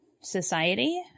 society